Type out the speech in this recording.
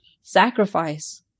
sacrifice